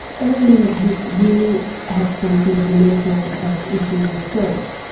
early in the piece you had some sort of a mental health issue yourself.